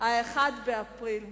ה-1 באפריל.